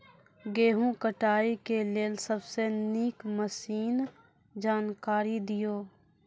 गेहूँ कटाई के लेल सबसे नीक मसीनऽक जानकारी दियो?